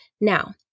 Now